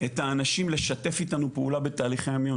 את האנשים לשתף איתנו פעולה בתהליכי המיון